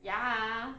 ya